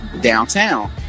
downtown